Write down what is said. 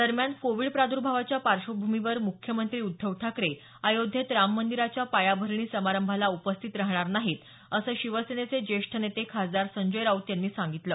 दरम्यान कोविड कप्रादुर्भावाच्या पार्श्वभूमीवर मुख्यमंत्री उद्धव ठाकरे अयोध्येत राममंदिराच्या पायाभरणी समारंभाला उपस्थित राहणार नाहीत असं शिवसेनेचे ज्येष्ठ नेते खासदार संजय राऊत यांनी सांगितलं